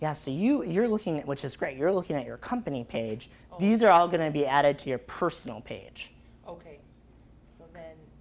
see you're looking at which is great you're looking at your company page these are all going to be added to your personal page ok and